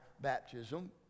baptism